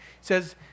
says